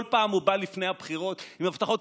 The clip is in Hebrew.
כל פעם הוא בא לפני הבחירות עם הבטחות.